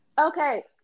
Okay